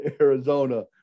Arizona